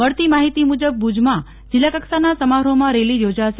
મળતી માહિતી મુજબ ભુજમાં જિલ્લાકક્ષાના સમારોહમાં રેલી યોજાશે